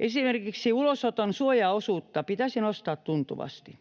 Esimerkiksi ulosoton suojaosuutta pitäisi nostaa tuntuvasti.